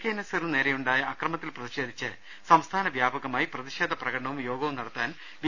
K നസീറിന് നേരെയുണ്ടായ അക്രമത്തിൽ പ്രതിഷേധിച്ച് സംസ്ഥാന വ്യാപകമായി പ്രതിഷേധ പ്രകടനവും യോഗവും നടത്താൻ ബി